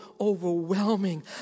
overwhelming